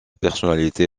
personnalité